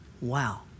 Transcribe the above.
Wow